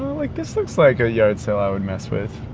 like this looks like a yard sale i would mess with